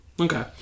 okay